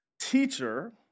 Teacher